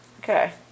okay